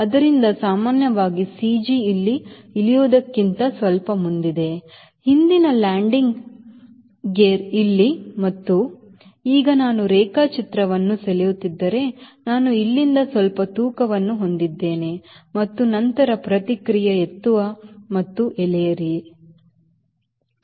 ಆದ್ದರಿಂದ ಸಾಮಾನ್ಯವಾಗಿ CG ಇಲ್ಲಿ ಇಳಿಯುವುದಕ್ಕಿಂತ ಸ್ವಲ್ಪ ಮುಂದಿದೆ ಹಿಂದಿನ ಲ್ಯಾಂಡಿಂಗ್ ಇಲ್ಲಿ ಮತ್ತು ಈಗ ನಾನು ರೇಖಾಚಿತ್ರವನ್ನು ಸೆಳೆಯುತ್ತಿದ್ದರೆ ನಾನು ಇಲ್ಲಿಂದ ಸ್ವಲ್ಪ ತೂಕವನ್ನು ಹೊಂದಿದ್ದೇನೆ ಮತ್ತು ನಂತರ ಪ್ರತಿಕ್ರಿಯೆ ಎತ್ತುವ ಮತ್ತು ಎಳೆಯಿರಿ